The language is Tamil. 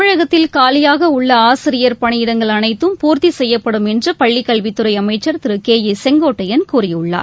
தமிழகத்தில் காலியாக உள்ள ஆசிரியர் பணியிடங்கள் அனைத்தும் பூர்த்தி செய்யப்படும் என்று பள்ளி கல்வித் துறை அமைச்சர் திரு கே ஏ செங்கோட்டையன் கூறியுள்ளார்